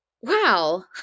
Wow